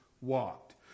walked